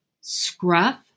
scruff